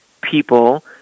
people